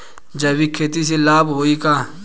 जैविक खेती से लाभ होई का?